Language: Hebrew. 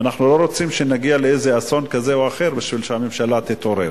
ואנחנו לא רוצים שנגיע לאיזה אסון כזה או אחר בשביל שהממשלה תתעורר.